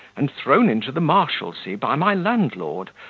and thrown into the marshalsea by my landlord,